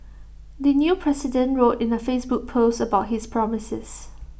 the new president wrote in A Facebook post about his promises